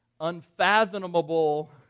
unfathomable